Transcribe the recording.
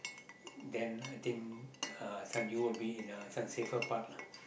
then I think uh son you would be in a safer part lah